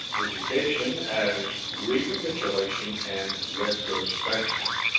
education as recapitulation and retrospection.